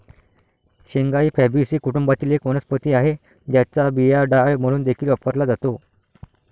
शेंगा ही फॅबीसी कुटुंबातील एक वनस्पती आहे, ज्याचा बिया डाळ म्हणून देखील वापरला जातो